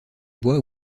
bois